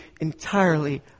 entirely